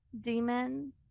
demon